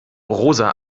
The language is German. rosa